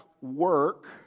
work